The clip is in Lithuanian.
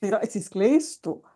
ir atsiskleistų